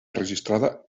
registrada